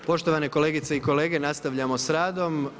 Poštovane kolegice i kolege, nastavljamo s radom.